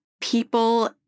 people